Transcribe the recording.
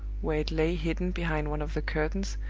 where it lay hidden behind one of the curtains,